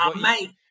mate